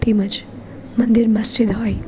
તેમજ મંદિર મસ્જિદ હોય